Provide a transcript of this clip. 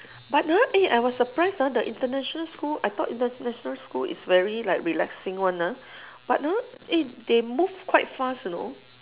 but ah eh I was surprised ah the international school I thought international school is very like relaxing one ah but ah eh they move quite fast you know